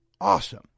awesome